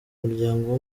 muryango